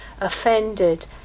offended